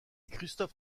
christophe